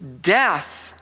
death